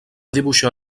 dibuixar